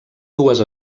dues